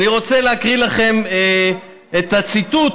אני רוצה להקריא לכם את הציטוט